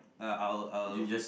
uh I'll I'll